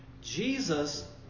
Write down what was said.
Jesus